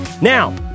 Now